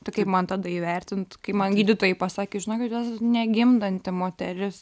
tai kaip man tada įvertint kai man gydytojai pasakė žinokit jūs negimdanti moteris